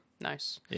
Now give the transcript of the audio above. Nice